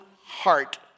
heart